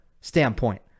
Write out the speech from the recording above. standpoint